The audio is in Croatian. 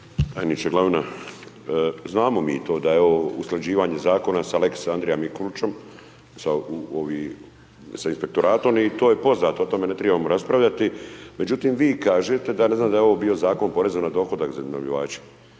Tajniče Glavina, znamo mi to da je ovo usklađivanje Zakona sa Lex Andrija Mikulićom, sa ovi, sa inspektoratom i to je poznato, o tome ne tribamo raspravljati, međutim vi kažete da ja ne znam da je ovo bio Zakon poreza na dohodak za iznajmljivače,